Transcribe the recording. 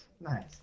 Nice